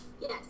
Yes